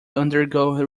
undergo